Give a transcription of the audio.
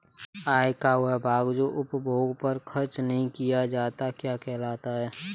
आय का वह भाग जो उपभोग पर खर्च नही किया जाता क्या कहलाता है?